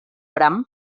bram